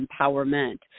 empowerment